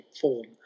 form